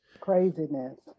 Craziness